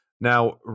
now